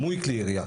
דמוי כלי ירייה,